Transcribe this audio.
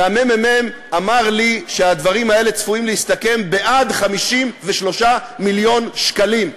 והממ"מ אמר לי שהסכומים האלה צפויים להגיע עד 53 מיליון שקלים.